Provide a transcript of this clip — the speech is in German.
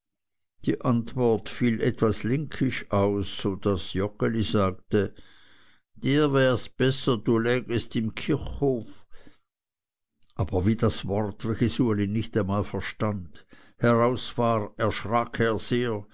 die antwort fiel etwas linkisch aus daß joggeli sagte dir wärs besser du lägest im kirchhof aber wie das wort welches uli nicht einmal verstund heraus war erschrak er